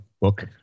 book